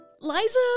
Liza